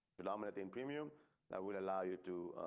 illuminating premium that will allow you to